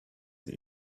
that